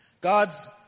God's